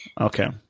Okay